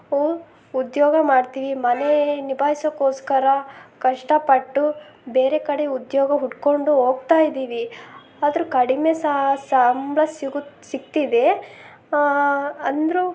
ಉ ಉದ್ಯೋಗ ಮಾಡ್ತೀವಿ ಮನೆ ನಿಭಾಯಿಸಕ್ಕೋಸ್ಕರ ಕಷ್ಟಪಟ್ಟು ಬೇರೆ ಕಡೆ ಉದ್ಯೋಗ ಹುಡುಕೊಂಡು ಹೋಗ್ತಾ ಇದ್ದೀವಿ ಆದರೂ ಕಡಿಮೆ ಸಂಬಳ ಸಿಗು ಸಿಗ್ತಿದೆ ಅಂದರೂ